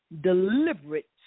deliberate